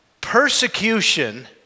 persecution